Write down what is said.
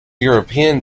european